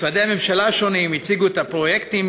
משרדי הממשלה השונים הציגו את הפרויקטים